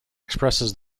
expresses